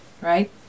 right